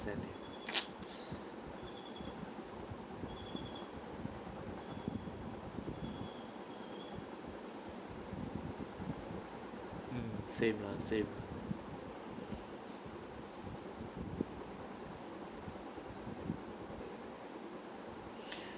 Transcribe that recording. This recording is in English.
percent mm same lah same